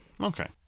Okay